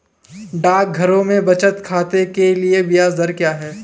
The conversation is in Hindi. डाकघरों में बचत खाते के लिए ब्याज दर क्या है?